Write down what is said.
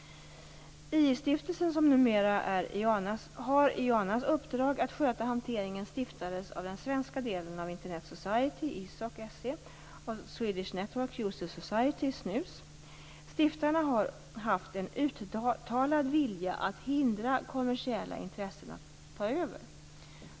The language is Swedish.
II stiftelsen, som numera har IANA:s uppdrag att sköta hanteringen, stiftades av den svenska delen av Internet Society och Swedish Network Users Society . Stiftarna har haft en uttalad vilja att hindra kommersiella intressen att ta över.